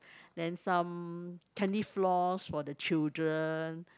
then some candy floss for the children